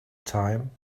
time